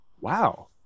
wow